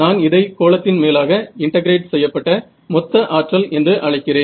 நான் இதை கோளத்தின் மேலாக இன்டெகிரேட் செய்யப்பட்ட மொத்த ஆற்றல் என்று அழைக்கிறேன்